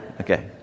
Okay